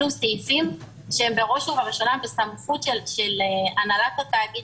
אלו סעיפים שהם בראש ובראשונה בסמכות של הנהלת התאגיד,